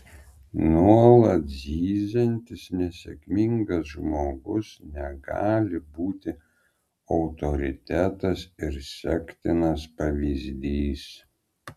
nuolat zyziantis nesėkmingas žmogus negali būti autoritetas ir sektinas pavyzdys